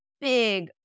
big